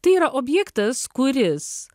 tai yra objektas kuris